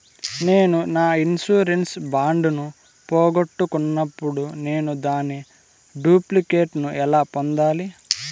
నేను నా insurance bond ను పోగొట్టుకున్నప్పుడు నేను దాని డూప్లికేట్ ను ఎలా పొందాలి?